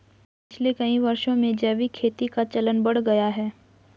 पिछले कई वर्षों में जैविक खेती का चलन बढ़ गया है